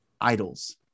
idols